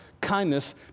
kindness